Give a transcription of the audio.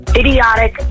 idiotic